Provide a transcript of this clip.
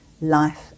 life